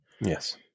yes